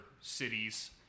cities